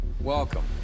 Welcome